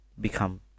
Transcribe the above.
become